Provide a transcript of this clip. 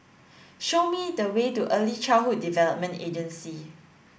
show me the way to Early Childhood Development Agency